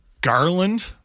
Garland